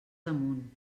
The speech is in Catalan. amunt